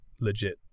legit